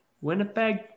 Winnipeg